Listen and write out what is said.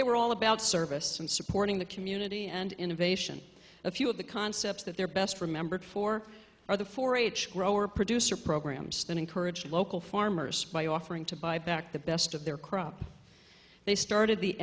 they were all about service and supporting the community and innovation a few of the concepts that they're best remembered for are the four h grower producer programs that encouraged local farmers by offering to buy back the best of their crop they started the